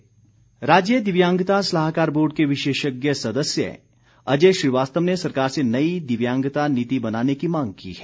पत्र राज्य दिव्यांगता सलाहकार बोर्ड के विशेषज्ञ सदस्य अजय श्रीवास्तव ने सरकार से नई दिव्यांगता नीति बनाने की मांग की है